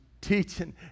teaching